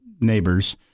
neighbors